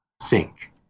sink